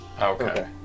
Okay